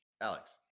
Alex